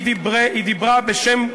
היא צדקה בכל מילה.